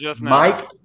Mike